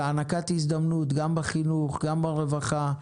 של הענקת הזדמנות גם בחינוך, גם ברווחה,